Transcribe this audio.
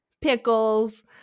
pickles